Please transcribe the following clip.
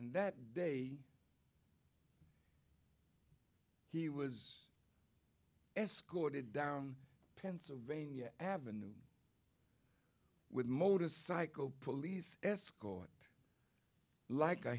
and that day he was escorted down pennsylvania avenue with motorcycle police escort like a